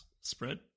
spread